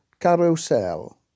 Carousel